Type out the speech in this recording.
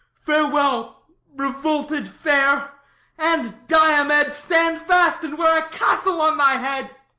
fairwell, revolted fair and, diomed, stand fast and wear a castle on thy head.